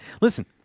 Listen